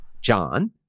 John